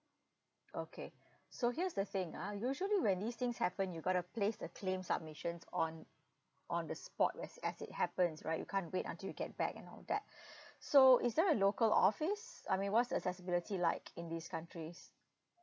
okay so here's the thing ah usually when these things happen you got to place the claim submissions on on the spot as as it happens right you can't wait until you get back and all that so is there a local office I mean what's the accessibility like in these countries